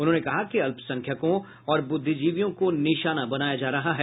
उन्होंने कहा कि अल्पसंख्यकों और बुद्धिजीवियों को निशाना बनाया जा रहा है